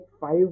five